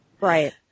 Right